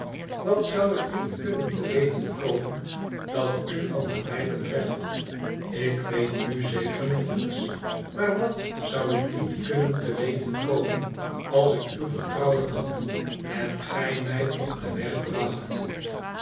wat zou ik niet kunnen te weten komen dat u van nabij betreft ik weet nu zeker nog niets maar wat zou ik niet kunnen te weten komen als ik uw vertrouwen had en gij mij op den weg bracht